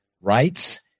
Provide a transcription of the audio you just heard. rights